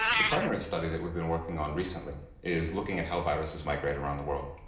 the primary study that we've been working on recently is looking at how viruses migrate around the world.